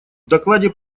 докладе